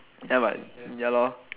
ya but ya loh